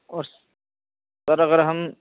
اور سر اگر ہم